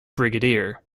brigadier